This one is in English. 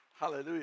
Hallelujah